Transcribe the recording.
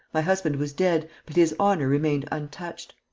my husband was dead, but his honour remained untouched.